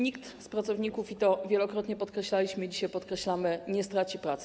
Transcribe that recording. Nikt z pracowników, i to wielokrotnie podkreślaliśmy i dzisiaj podkreślamy, nie straci pracy.